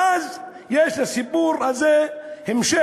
ואז יש לסיפור הזה המשך.